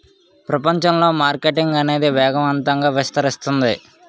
ప్రపంచంలో మార్కెటింగ్ అనేది వేగవంతంగా విస్తరిస్తుంది